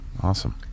awesome